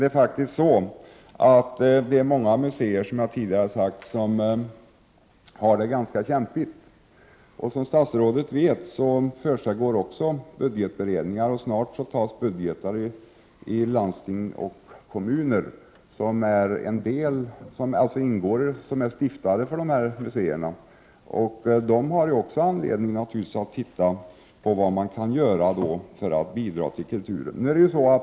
Men många museer har det faktiskt ganska kämpigt. Som statsrådet vet försiggår också budgetberedningar, och snart tas beslut om budgetar i landsting och kommuner, som är stiftare av dessa museer. De har naturligtvis anledning att se på vad man kan göra för att bidra till kulturen.